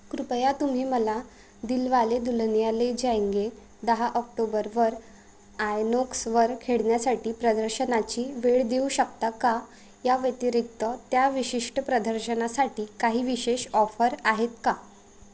कृपया तुम्ही मला दिलवाले दुल्हनिया ले जायेंगे दहा ऑक्टोबरवर आयनोक्सवर खेळण्यासाठी प्रदर्शनाची वेळ देऊ शकता का या व्यतिरिक्त त्या विशिष्ट प्रदर्शनासाठी काही विशेष ऑफर आहेत का